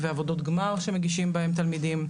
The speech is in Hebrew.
ועבודות גמר שמגישים בהם תלמידים.